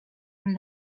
from